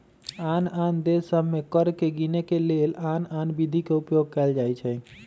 आन आन देश सभ में कर के गीनेके के लेल आन आन विधि के उपयोग कएल जाइ छइ